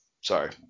Sorry